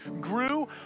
grew